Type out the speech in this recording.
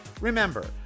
Remember